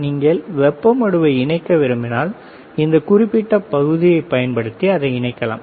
நீங்கள் வெப்ப மடுவை இணைக்க விரும்பினால் இந்த குறிப்பிட்ட பகுதியைப் பயன்படுத்தி அதை இணைக்கலாம்